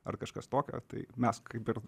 ar kažkas tokio tai mes kaip ir